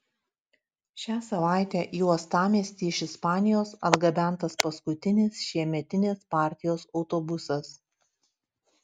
šią savaitę į uostamiestį iš ispanijos atgabentas paskutinis šiemetinės partijos autobusas